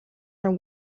are